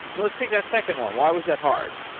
let's take that second one. why was that hard?